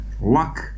Luck